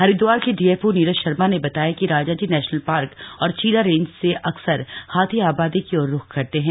हरिद्वार के डीएफओ नीरज शर्मा ने बताया कि राजाजी नेशनल पार्क और चीला रेंज से अक्सर हाथी आबादी की ओर रुख करते हैं